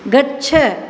गच्छ